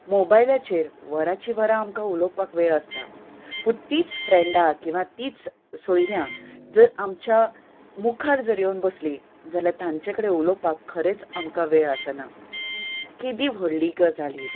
मोबायलाचेर वरांचीं वरां आमकां उलोवपाक वेळ आसता पूण तीच फ्रेंडां किंवां तींच सोयऱ्यां जर आमच्या मुखार जर येवन बसलीं जाल्यार तांचें कडेन उलोवपाक खरेंच आमकां वेळ आसना केदी व्हडली गजाल ही